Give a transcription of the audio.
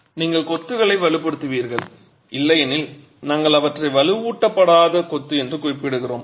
அவற்றை வலுப்படுத்துங்கள் நீங்கள் கொத்துகளை வலுப்படுத்துவீர்கள் இல்லையெனில் நாங்கள் அவற்றை வலுவூட்டப்படாத கொத்து என்று குறிப்பிடுகிறோம்